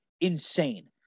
insane